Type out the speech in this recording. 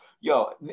yo